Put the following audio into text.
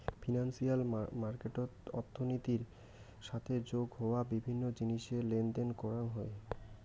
financial মার্কেটত অর্থনীতির সাথে যোগ হওয়া বিভিন্ন জিনিসের লেনদেন করাং হই